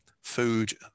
food